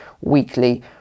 weekly